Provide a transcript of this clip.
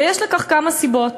ויש לכך כמה סיבות.